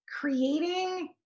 creating